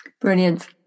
Brilliant